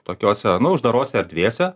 tokiose nu uždarose erdvėse